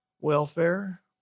welfare